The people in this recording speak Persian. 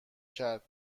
کرد